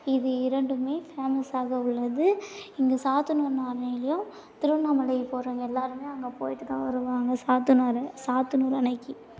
இது இரண்டுமே ஃபேமஸாக உள்ளது இங்கு சாத்தனூர் நாணைளயும் திருவண்ணாமலை போறவங்க எல்லாருமே அங்கே போய்ட்டு தான் வருவாங்க சாத்தனார் சாத்தனூர் அணைக்கு